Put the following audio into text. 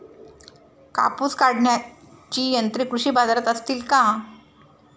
कापूस काढण्याची यंत्रे कृषी बाजारात असतील का?